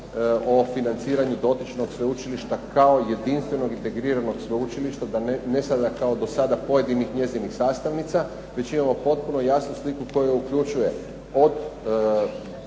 o financiranju dotičnog sveučilišta kao jedinstvenog integriranog sveučilišta, a ne kao dosada pojedinih njezinih sastavnica, već imamo potpuno jasnu sliku koja uključuje od